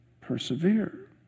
persevere